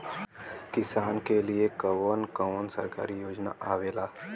किसान के लिए कवन कवन सरकारी योजना आवेला?